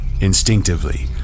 Instinctively